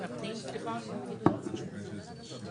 איפה נראה את השאר.